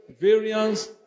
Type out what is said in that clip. variance